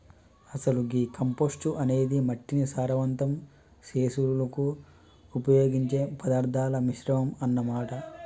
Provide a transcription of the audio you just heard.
అసలు గీ కంపోస్టు అనేది మట్టిని సారవంతం సెసులుకు ఉపయోగించే పదార్థాల మిశ్రమం అన్న మాట